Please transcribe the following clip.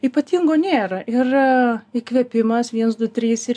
ypatingo nėra yra įkvėpimas viens du trys ir